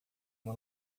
uma